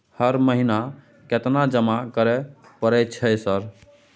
हर महीना केतना जमा करे परय छै सर?